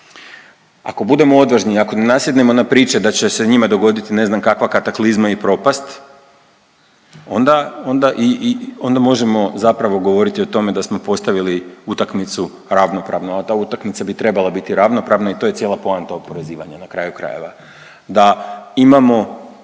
ako budemo odvažni i ako ne nasjednemo na priče da će se njima dogoditi ne znam kakva kataklizma i propast onda, onda i onda možemo zapravo govoriti o tome da smo postavili utakmicu ravnopravno, a ta utakmica bi trebala bit ravnopravna i to je cijela poanta oporezivanja na kraju krajeva. Da imamo